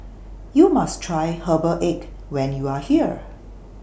YOU must Try Herbal Egg when YOU Are here